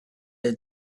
had